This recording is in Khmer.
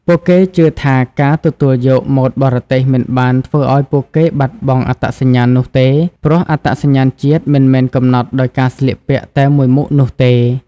ពួកគេជឿថាការទទួលយកម៉ូដបរទេសមិនបានធ្វើឲ្យពួកគេបាត់បង់អត្តសញ្ញាណនោះទេ ព្រោះអត្តសញ្ញាណជាតិមិនមែនកំណត់ដោយការស្លៀកពាក់តែមួយមុខនោះទេ។